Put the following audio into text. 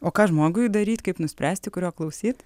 o ką žmogui daryt kaip nuspręsti kurio klausyt